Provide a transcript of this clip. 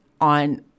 on